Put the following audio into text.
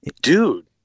dude